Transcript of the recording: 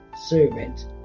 servant